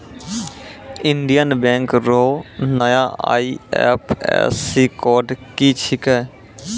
Indian Bank रो नया IFSC code की छिकै